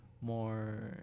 more